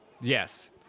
Yes